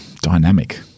Dynamic